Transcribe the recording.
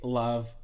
love